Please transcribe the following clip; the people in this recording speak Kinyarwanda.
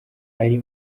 ari